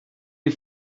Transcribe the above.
you